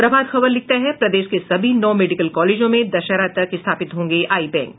प्रभात खबर लिखता है प्रदेश के सभी नौ मेडिकल कॉलेजों में दशहरा तक स्थापित होंगे आई बैंक